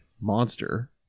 monster